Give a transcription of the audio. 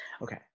Okay